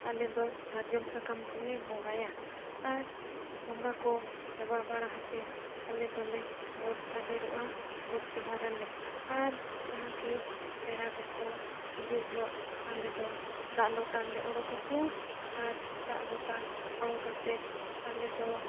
ᱟᱞᱮ ᱫᱚ ᱥᱟᱨᱡᱚᱢ ᱥᱟᱠᱟᱢ ᱛᱮᱞᱮ ᱵᱚᱸᱜᱟᱭᱟ ᱟᱨ ᱵᱚᱸᱜᱟ ᱠᱚ ᱪᱟᱵᱟ ᱵᱟᱲᱟ ᱠᱟᱛᱮᱫ ᱟᱞᱮᱫᱚᱞᱮ ᱜᱚᱴ ᱛᱟᱵᱮᱨᱚᱜᱼᱟ ᱜᱚᱴ ᱡᱚᱦᱟᱨᱟᱞᱮ ᱟᱨ ᱡᱟᱦᱟᱸ ᱠᱤ ᱯᱮᱲᱟ ᱠᱚᱠᱚ ᱦᱤᱡᱩᱜ ᱡᱚᱦᱚᱜ ᱟᱞᱮ ᱫᱚ ᱫᱟᱜ ᱞᱚᱴᱟᱨᱮᱞᱮ ᱚᱰᱚᱠᱟᱠᱚᱣᱟ ᱟᱨ ᱫᱟᱜ ᱞᱚᱴᱟ ᱚᱲᱚᱠᱟᱛᱮᱫ ᱟᱞᱮ ᱫᱚ